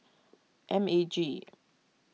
M A G